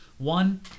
One